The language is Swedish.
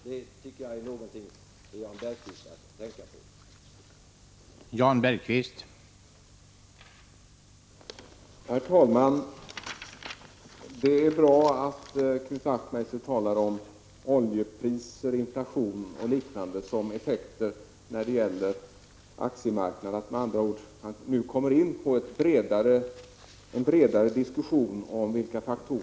Det tycker jag är någonting för Jan Bergqvist att tänka på.